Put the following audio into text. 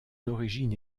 origine